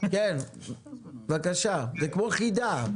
זה כמו חידה.